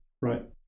right